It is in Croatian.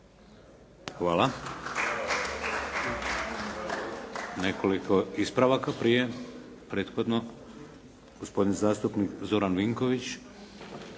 Nekoliko ispravaka prije, prethodno. Gospodin zastupnik Zoran Vinković.